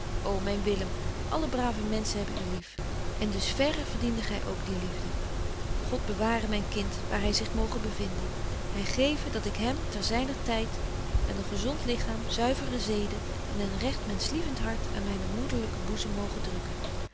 ô myn willem alle brave menschen hebben u lief en dus verre verdiende gy ook die liefde god beware myn kind waar hy zich moge bevinden hy geve dat ik hem ter zyner tyde met een gezont lichaam zuivere zeden en een recht menschlievent hart aan mynen moederlyken boezem moge drukken